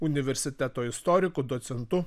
universiteto istoriku docentu